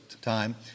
time